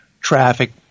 traffic